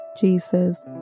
Jesus